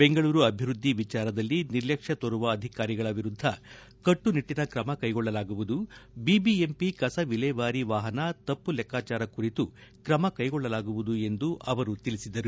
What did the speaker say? ಬೆಂಗಳೂರು ಅಭಿವೃದ್ದಿ ವಿಚಾರದಲ್ಲಿ ನಿರ್ಲಕ್ಷ್ಯ ತೋರುವ ಅಧಿಕಾರಿಗಳ ವಿರುದ್ದ ಕಟ್ಟುನಿಟ್ಟನ ಕ್ರಮ ಕ್ಲೆಗೊಳ್ಳಲಾಗುವುದು ಬಿಬಿಎಂಪಿ ಕಸ ವಿಲೇವಾರಿ ವಾಹನ ತಪ್ಪು ಲೆಕ್ಕಚಾರ ಕುರಿತು ಕ್ರಮ ಕೈಗೊಳ್ಳಲಾಗುವುದು ಎಂದು ಅವರು ತಿಳಿಸಿದರು